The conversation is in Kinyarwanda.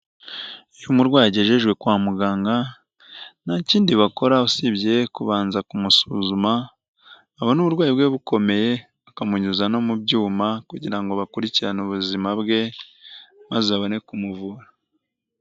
Iyo umurwayi agejejwe kwa muganga nta kindi bakora usibye kubanza kumusuzuma, babona uburwayi bwe bukomeye bakamunyuza no mu byuma, kugira ngo bakurikirane ubuzima bwe maze babone kumuvura.